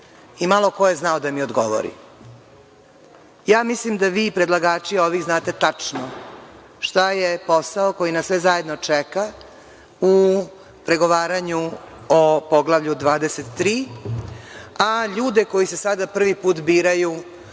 I malo ko je znao da mi odgovori. Ja mislim da vi predlagači znate tačno šta je posao koji nas sve zajedno čeka u pregovaranju o Poglavlju 23, a ljude koji se sada prvi put biraju